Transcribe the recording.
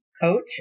coach